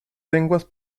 lenguas